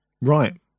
Right